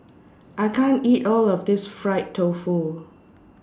I can't eat All of This Fried Tofu